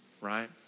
right